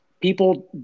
people